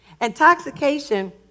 intoxication